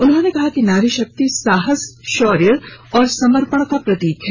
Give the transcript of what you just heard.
उन्होंने कहा कि नारी शक्ति साहस शौर्य और समर्पण का प्रतीक है